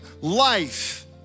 life